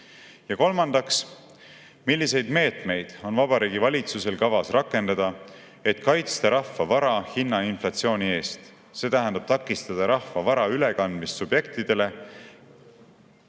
Kolmandaks: milliseid meetmeid on Vabariigi Valitsusel kavas rakendada, et kaitsta rahva vara hinnainflatsiooni eest, see tähendab takistada rahva vara ülekandmist subjektidele,